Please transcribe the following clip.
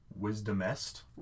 Wisdomest